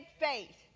faith